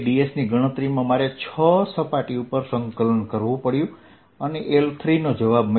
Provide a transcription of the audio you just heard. dsની ગણતરીમાં મારે છ સપાટી ઉપર સંકલન કરવું પડ્યું અને L3નો જવાબ મળ્યો